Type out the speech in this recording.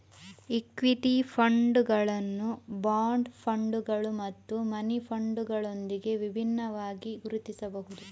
equity ಫಂಡುಗಳನ್ನು bond ಫಂಡುಗಳು ಮತ್ತು ಮನಿ ಫಂಡುಗಳೊಂದಿಗೆ ವಿಭಿನ್ನವಾಗಿ ಗುರುತಿಸಬಹುದು